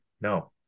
no